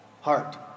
heart